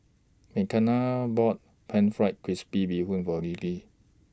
Makena bought Pan Fried Crispy Bee Hoon For Lilly